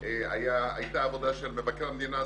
הייתה עבודה של מבקר המדינה,